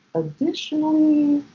additionally,